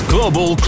Global